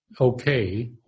okay